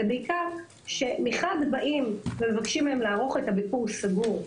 זה בעיקר שמחד מבקשים מהם לערוך את הביקור סגור,